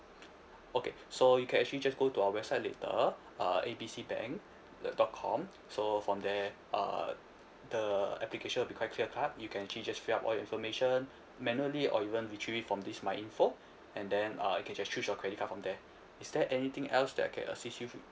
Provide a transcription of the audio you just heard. okay so you can actually just go to our website later uh A B C bank uh dot com so from there uh the application will be quite clear cut you can actually just fill up all your information manually or even retrieve it from this my info and then uh you can just choose your credit card from there is there anything else that I can assist you